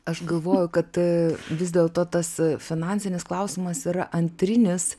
aš galvojau kad vis dėlto tas finansinis klausimas yra antrinis